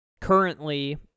currently